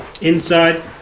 inside